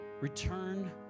return